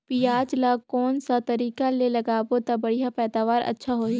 पियाज ला कोन सा तरीका ले लगाबो ता बढ़िया पैदावार अच्छा होही?